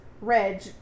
Reg